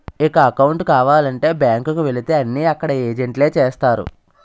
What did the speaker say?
ఇక అకౌంటు కావాలంటే బ్యాంకు కు వెళితే అన్నీ అక్కడ ఏజెంట్లే చేస్తారు